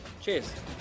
cheers